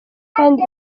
kandi